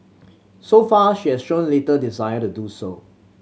so far she has shown little desire to do so